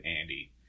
Andy